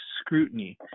scrutiny